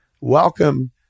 Welcome